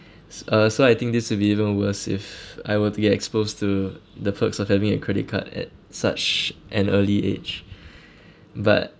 uh so I think this will be even worse if I were to get exposed to the perks of having a credit card at such an early age but